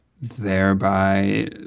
Thereby